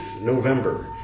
November